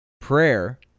Prayer